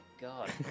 God